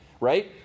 right